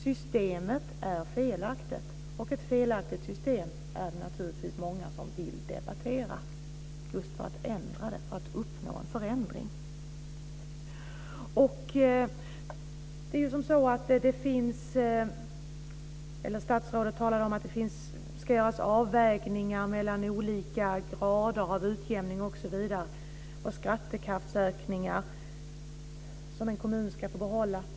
Systemet är felaktigt, och ett felaktigt system är det naturligtvis många som vill debattera just för att uppnå en förändring. Statsrådet talar om att det ska göras avvägningar mellan olika grader av utjämning och om skattekraftsökningar som en kommun ska få behålla.